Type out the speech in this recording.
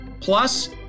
plus